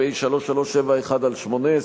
פ/3371/18,